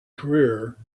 career